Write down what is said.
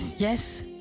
Yes